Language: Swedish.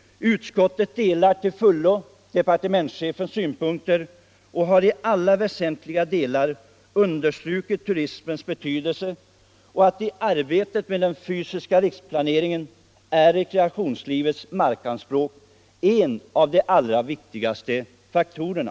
Utskottet delar till fullo departementschefens uppfattning om turismens betydelse och har understrukit att i arbetet med den fysiska riksplaneringen är rekreationslivets markanspråk en av de allra viktigaste faktorerna.